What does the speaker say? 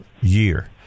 year